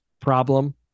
problem